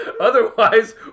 otherwise